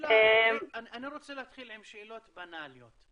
להתחיל עם שאלות בנאליות,